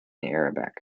arabic